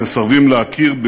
הם מסרבים להכיר,